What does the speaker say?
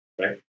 Right